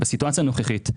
בסיטואציה נוכחית,